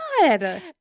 God